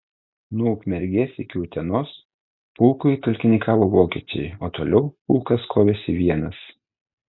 nuo ukmergės iki utenos pulkui talkininkavo vokiečiai o toliau pulkas kovėsi vienas